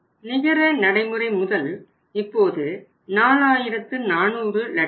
நிகர நடைமுறை முதல் இப்போது 4400 லட்சங்கள்